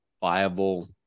viable